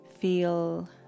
Feel